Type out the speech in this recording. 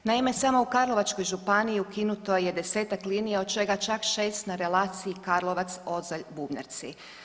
Naime, samo u Karlovačkoj županiji ukinuto je 10-tak linija, od čega čak 6 na relaciji Karlovac-Ozalj-Bubnjarci.